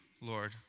Lord